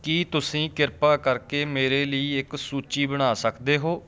ਕੀ ਤੁਸੀਂ ਕਿਰਪਾ ਕਰਕੇ ਮੇਰੇ ਲਈ ਇੱਕ ਸੂਚੀ ਬਣਾ ਸਕਦੇ ਹੋ